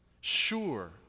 sure